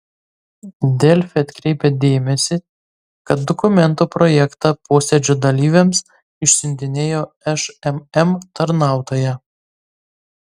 delfi atkreipia dėmesį kad dokumento projektą posėdžio dalyviams išsiuntinėjo šmm tarnautoja